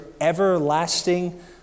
everlasting